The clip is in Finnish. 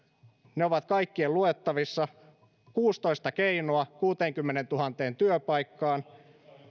ne ovat kaikkien luettavissa kuusitoista keinoa kuuteenkymmeneentuhanteen työpaikkaan